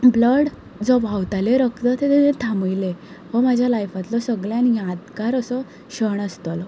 blood जो व्हांवतालें रगत तें ताणें थामयलें हो म्हज्या लायफांतलो सगल्यान यादगार असो शण आसतलो